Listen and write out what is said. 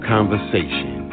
Conversation